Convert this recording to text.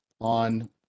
On